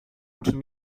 czym